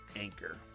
anchor